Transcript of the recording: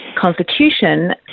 Constitution